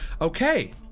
okay